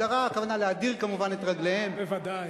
הדרה, הכוונה להדיר, כמובן, את רגליהן, בוודאי.